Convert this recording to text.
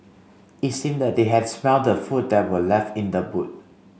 it seemed that they had smelt the food that were left in the boot